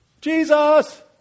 Jesus